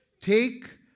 Take